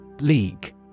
League